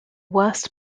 worst